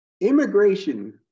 Immigration